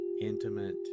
intimate